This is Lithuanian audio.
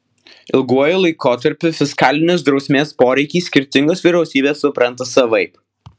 ilguoju laikotarpiu fiskalinės drausmės poreikį skirtingos vyriausybės supranta savaip